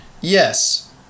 Yes